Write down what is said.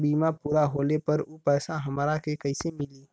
बीमा पूरा होले पर उ पैसा हमरा के कईसे मिली?